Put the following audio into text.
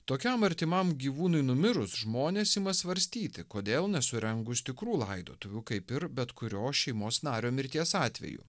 tokiam artimam gyvūnui numirus žmonės ima svarstyti kodėl nesurengus tikrų laidotuvių kaip ir bet kurio šeimos nario mirties atveju